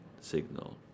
signal